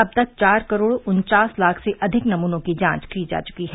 अब तक चार करोड़ उन्चास लाख से अधिक नमूनों की जांच की जा चुकी है